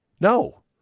No